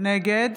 נגד